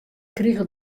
krige